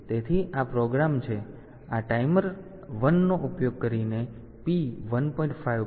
તેથી આ પ્રોગ્રામ છે આ ટાઈમર 1 નો ઉપયોગ કરીને p 1